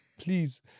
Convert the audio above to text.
Please